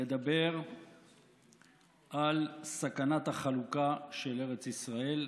לדבר על סכנת החלוקה של ארץ ישראל,